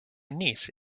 niece